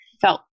felt